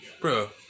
Bro